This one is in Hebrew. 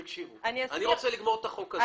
תקשיבו, אני רוצה לגמור את הצעת החוק הזאת.